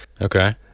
Okay